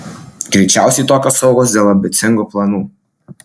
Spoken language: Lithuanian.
greičiausiai tokios aukos dėl ambicingų planų